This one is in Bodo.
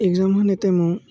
एक्जाम होनाय टाइमाव